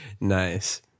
Nice